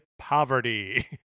Poverty